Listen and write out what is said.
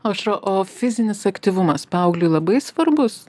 aušra o fizinis aktyvumas paaugliui labai svarbus